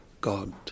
God